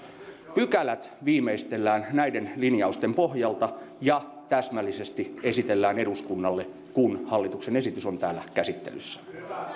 pykälät viimeistellään näiden linjausten pohjalta ja täsmällisesti esitellään eduskunnalle kun hallituksen esitys on täällä käsittelyssä